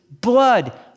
blood